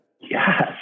yes